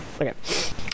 Okay